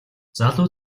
залуу